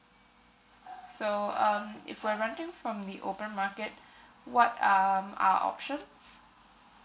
so um if we're renting from the open market what are um our options